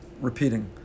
repeating